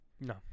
No